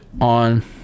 on